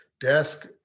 desk